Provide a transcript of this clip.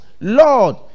lord